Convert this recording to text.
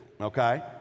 okay